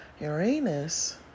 Uranus